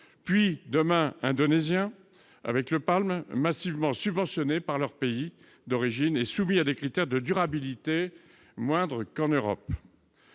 puis, demain, indonésien avec l'huile de palme, massivement subventionné par leur pays d'origine et soumis à des critères de durabilité moindres qu'en Europe.